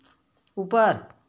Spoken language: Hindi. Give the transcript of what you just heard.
ऊपर